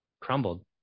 crumbled